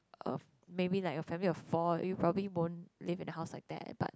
um maybe like a family of four we probably won't live in a house like that but